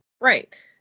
Right